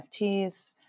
NFTs